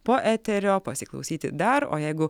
po eterio pasiklausyti dar o jeigu